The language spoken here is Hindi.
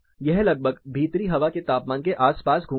यह लगभग भीतरी हवा के तापमान के आसपास घूमता है